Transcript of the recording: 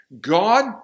God